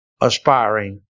aspiring